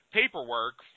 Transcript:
paperwork